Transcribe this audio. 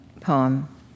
poem